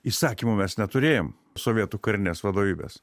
įsakymų mes neturėjom sovietų karinės vadovybės